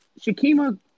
Shakima